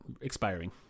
expiring